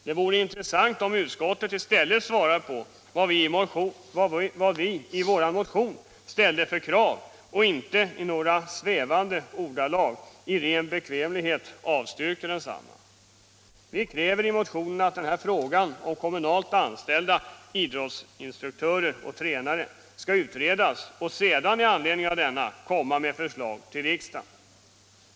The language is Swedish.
Det vore intressant om utskottet hade svarat med utgångspunkt i de krav vi ställde i motionen och inte som nu i stället med några svävande ord i ren bekvämlighet avstyrkt. Vi kräver i motionen att den här frågan om kommunalt anställda idrottsinstruktörer och tränare skall utredas, så att man sedan kan framlägga förslag till riksdagen.